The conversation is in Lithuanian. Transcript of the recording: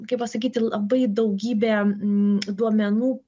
kaip pasakyti labai daugybę duomenų